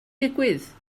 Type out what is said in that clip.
digwydd